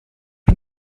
een